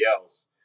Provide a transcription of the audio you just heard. else